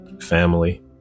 family